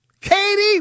Katie